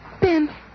Ben